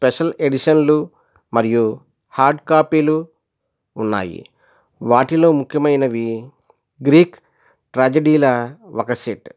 special ఎడిషన్లు మరియు hard కాపీలు ఉన్నాయి వాటిలో ముఖ్యమైనవి గ్రీక్ ట్రాజెడీలా ఒక సెట్